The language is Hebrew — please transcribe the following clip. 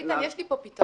איתן, יש לי פה פתרון.